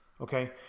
Okay